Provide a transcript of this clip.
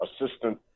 assistant